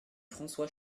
françois